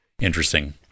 interesting